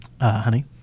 honey